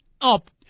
up